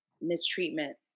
mistreatment